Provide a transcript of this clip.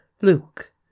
Luke